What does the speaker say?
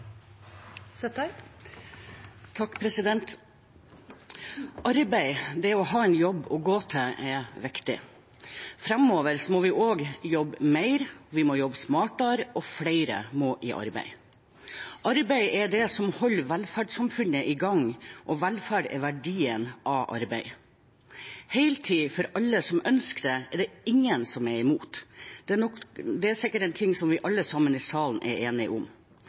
viktig. Framover må vi også jobbe mer, vi må jobbe smartere, og flere må i arbeid. Arbeid er det som holder velferdssamfunnet i gang, og velferd er verdien av arbeid. Heltid for alle som ønsker det, er det ingen som er imot. Det er sikkert noe vi alle sammen i salen er enige om.